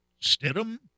Stidham